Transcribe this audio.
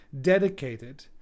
dedicated